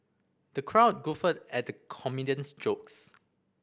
the crowd guffawed at the comedian's jokes